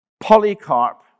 Polycarp